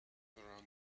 around